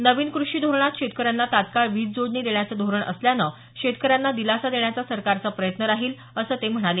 नवीन कृषी धोरणात शेतकऱ्यांना तात्काळ वीज जोडणी देण्याचं धोरण असल्यानं शेतकऱ्यांना दिलासा देण्याचा सरकारचा प्रयत्न राहील असं ते म्हणाले